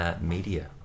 Media